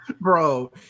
Bro